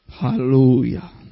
Hallelujah